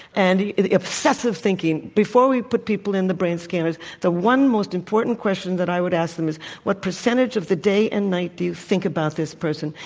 and obsessive thinking. before we put people into brain scanners, the one most important question that i would ask them is what percentage of the day and night do you think about this person?